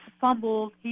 fumbled